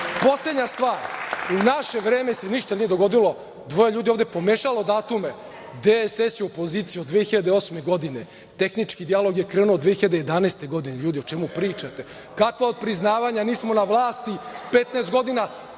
teren. Poslednja stvar, u naše vreme se ništa nije dogodilo. Dvoje ljudi je ovde pomešalo datume, DSS i opoziciju 2008. godine, tehnički dijalog je krenuo 2011. godine. Ljudi, o čemu pričate? Kakva otpriznavanja? Nismo na vlasti 15 godina.